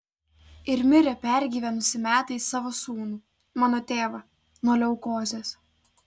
ir mirė pergyvenusi metais savo sūnų mano tėvą nuo leukozės